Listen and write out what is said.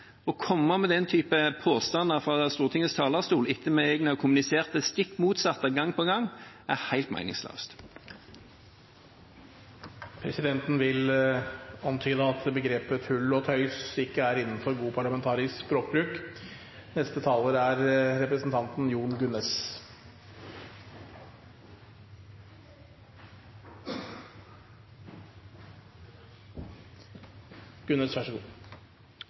å komme med den type påstander fra Stortingets talerstol etter at vi egentlig har kommunisert det stikk motsatte gang på gang, er helt meningsløst. Presidenten vil antyde at begrepet «tull og tøys» ikke er innenfor god parlamentarisk språkbruk. Det er faktisk god